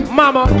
mama